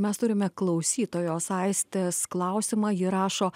mes turime klausytojos aistės klausimą ji rašo